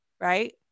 right